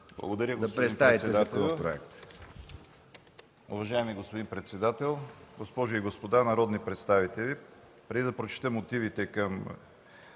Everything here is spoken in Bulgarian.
Благодаря, господин председател.